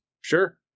Sure